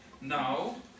Now